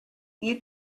you